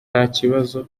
ntakibazo